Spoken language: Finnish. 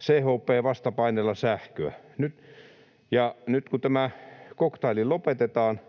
CHP-vastapaineella sähköä, ja nyt kun tämä koktaili lopetetaan,